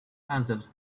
answered